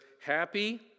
Happy